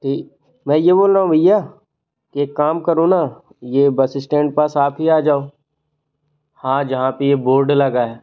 तो मैं ये बोल रहा हूँ भैया एक काम करो ना ये बस इस्टैंड के पास आप ही आ जाओ हाँ जहाँ पर ये बोर्ड लगा है